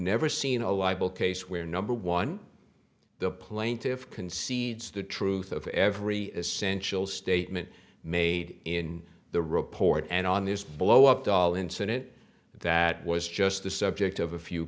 never seen a libel case where number one the plaintive concedes the truth of every essential statement made in the report and on this blow up doll incident that was just the subject of a few